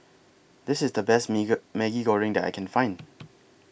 This IS The Best Maggi Goreng that I Can Find